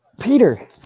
Peter